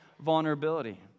vulnerability